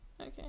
Okay